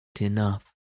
enough